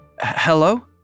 Hello